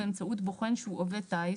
באמצעות בוחן שהוא עובד טיס,